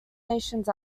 nations